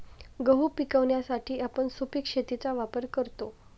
गहू पिकवण्यासाठी आपण सुपीक शेतीचा वापर करतो